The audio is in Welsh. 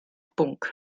bwnc